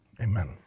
amen